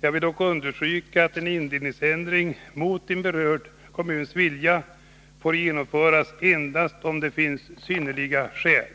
Jag vill dock understryka att en indelningsändring mot en berörd kommuns vilja får genomföras endast om det finns synnerliga skäl.